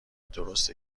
درست